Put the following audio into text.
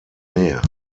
meer